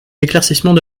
éclaircissements